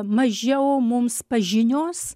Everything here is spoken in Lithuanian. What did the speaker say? mažiau mums pažinios